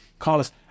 Carlos